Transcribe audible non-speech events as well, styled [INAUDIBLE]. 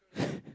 [BREATH]